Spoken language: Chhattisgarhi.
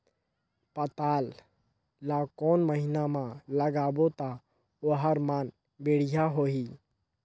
पातल ला कोन महीना मा लगाबो ता ओहार मान बेडिया होही?